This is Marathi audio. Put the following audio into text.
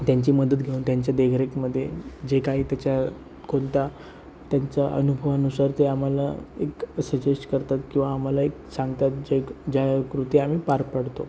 त्यांची मदत घेऊन त्यांचे देखरेखमध्ये जे काही त्याच्या कोणता त्यांचा अनुभवानुसार ते आम्हाला एक सजेस्ट करतात किंवा आम्हाला एक सांगतात जे ज्या कृती आम्ही पार पाडतो